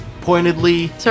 Pointedly